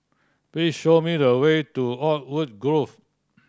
please show me the way to Oakwood Grove